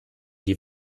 die